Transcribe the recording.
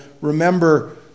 remember